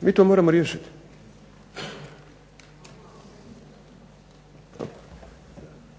Mi to moramo riješiti.